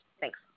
Thanks